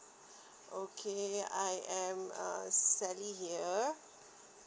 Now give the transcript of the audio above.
okay I am uh sally here